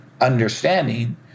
understanding